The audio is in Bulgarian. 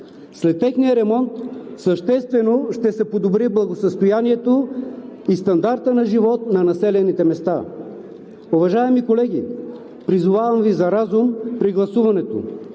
След техния ремонт съществено ще се подобри благосъстоянието и стандарта на живот на населените места. Уважаеми колеги, призовавам Ви за разум при гласуването,